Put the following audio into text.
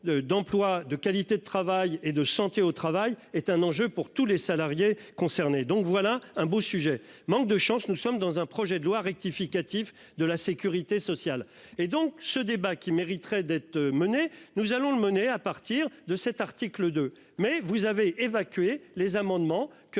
d'emplois de qualité de travail et de santé au travail est un enjeu pour tous les salariés concernés. Donc voilà un beau sujet. Manque de chance, nous sommes dans un projet de loi rectificatif de la Sécurité sociale et donc ce débat qui mériterait d'être mené. Nous allons le mener à partir de cet article de. Mais vous avez évacué les amendements que